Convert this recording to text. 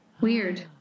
weird